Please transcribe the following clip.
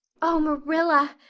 oh, marilla,